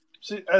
See